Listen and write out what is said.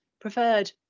preferred